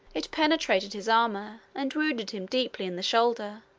it penetrated his armor, and wounded him deeply in the shoulder.